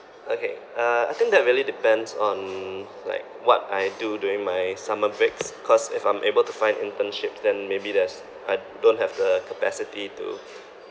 okay uh I think that really depends on like what I do during my summer breaks cause if I'm able to find internships then maybe there's I don't have the capacity to